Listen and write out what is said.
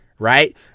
Right